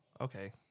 okay